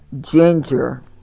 ginger